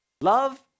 Love